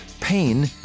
Pain